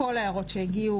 כל ההערות שהגיעו,